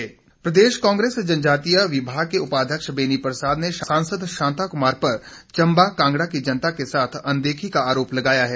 चुनाव सरगर्मिया प्रदेश कांग्रेस जनजातीय विभाग के उपाध्यक्ष बेनी प्रसाद ने सांसद शांता कुमार पर चंबा कांगड़ा की जनता के साथ अनदेखी का आरोप लगाया है